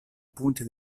punti